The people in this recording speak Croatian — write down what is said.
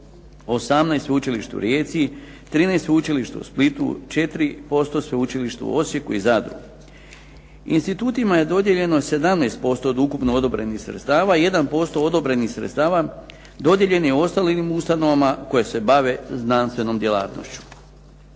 18 Sveučilištu u Rijeci, 13 Sveučilištu u Splitu, 4% Sveučilištu u Osijeku i Zadru. Institutima je dodijeljeno 17% od ukupno odobrenih sredstava, 1% odobrenih sredstava dodijeljen je ostalim ustanovama koje se bave znanstvenom djelatnošću.